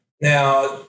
Now